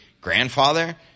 grandfather